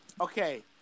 okay